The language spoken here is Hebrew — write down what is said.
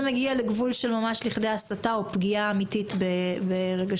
מגיע לגבול של הסתה או פגיעה אמיתית ברגשות,